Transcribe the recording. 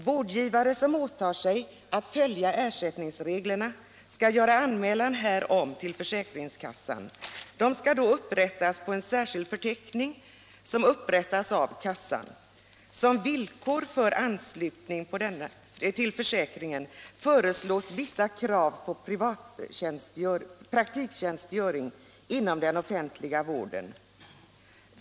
Vårdgivare som åtar sig att följa ersättningsreglerna skall göra anmälan om detta till försäkringskassan. De skall då föras upp på en särskild förteckning som upprättas av kassan. Som villkor för anslutning till försäkringen föreslås för sjukgymnaster gälla vissa krav på praktiktjänstgöring inom den offentliga vården.